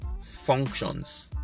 functions